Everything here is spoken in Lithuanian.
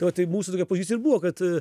tai va tai mūsų tokia pozicija ir buvo kad